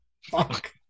fuck